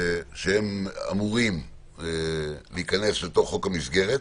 שאמורים להיכנס לתוך חוק המסגרת,